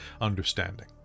understanding